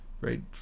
right